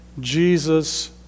Jesus